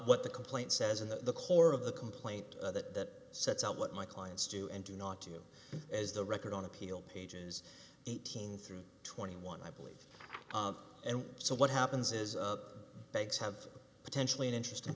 what the complaint says in the core of the complaint that sets out what my clients do and do not do as the record on appeal pages eighteen through twenty one i believe and so what happens is banks have potentially an interestin